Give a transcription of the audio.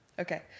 Okay